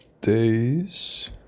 days